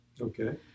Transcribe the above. Okay